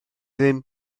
ddim